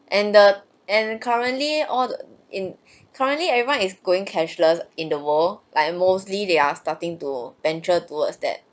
and the and currently all the in currently everyone is going cashless in the world like mostly they are starting to venture towards that